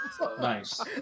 Nice